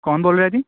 ਕੌਣ ਬੋਲ ਰਿਹਾ ਜੀ